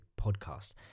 podcast